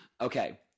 Okay